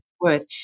worth